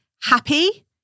happy